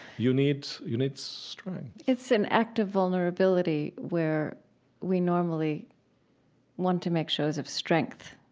you need you need strength it's an act of vulnerability where we normally want to make shows of strength